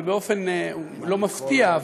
ובאופן לא מפתיע,